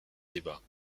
débat